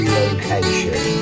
location